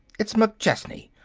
it's mcchesney.